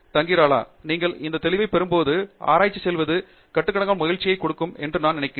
தங்கிராலா நீங்கள் அந்த தெளிவை பெறும்போது ஆராய்ச்சி செய்வது கட்டுக்கடங்காமல் மகிழ்ச்சி கொடுக்கும் என்று நான் நினைக்கிறேன்